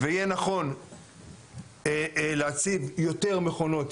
ויהיה נכון להציב יותר מכונות,